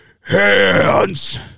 hands